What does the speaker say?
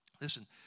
listen